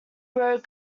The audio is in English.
road